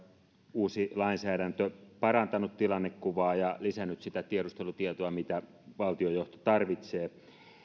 uusi lainsäädäntö parantanut tilannekuvaa ja lisännyt sitä tiedustelutietoa mitä valtiojohto tarvitsee